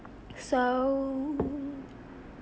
so